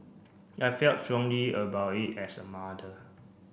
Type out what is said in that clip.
I felt strongly about it as a mother